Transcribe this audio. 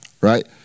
right